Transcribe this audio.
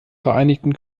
vereinigten